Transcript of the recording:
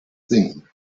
sinken